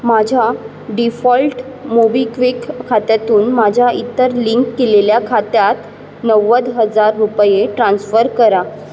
माझ्या default MobiKwik खात्यातून माझ्या इतर लिंक केलेल्या खात्यात नव्वद हजार रुपये ट्रान्स्फर करा